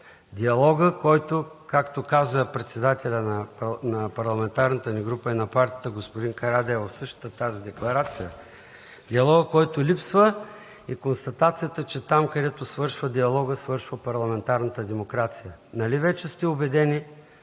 Диалогът, както каза председателят на парламентарната ни група и на партията господин Карадайъ в същата тази декларация, който липсва, и констатацията, че там, където свършва диалогът, свършва парламентарната демокрация. Нали вече сте убедени